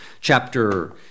chapter